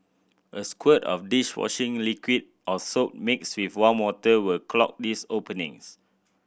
a squirt of dish washing liquid or soap mixed with warm water will clog these openings